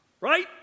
Right